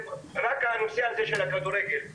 רק בנושא הזה של הכדורגל,